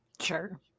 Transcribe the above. Sure